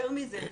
יותר מזה.